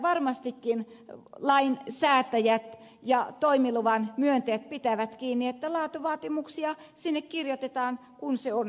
siitä varmastikin lain säätäjät ja toimiluvan myöntäjät pitävät kiinni että laatuvaatimuksia sinne kirjoitetaan kun se on mahdollista